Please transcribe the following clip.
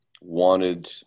wanted